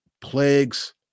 plagues